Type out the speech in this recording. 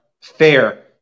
fair